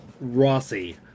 rossi